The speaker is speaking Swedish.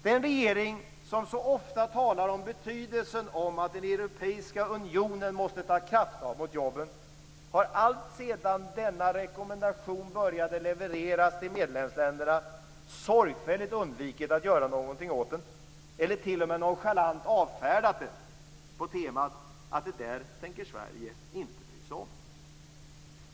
Den regering som så ofta talar om betydelsen av att den europeiska unionen måste ta krafttag för jobben har alltsedan denna rekommendation började levereras till medlemsländerna sorgfälligt undvikit att göra någonting åt den eller t.o.m. nonchalant avfärdat den, på temat att det där tänker Sverige inte bry sig om.